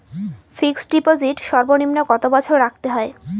Fixed deposit সর্বনিম্ন কত বছর রাখতে হয়?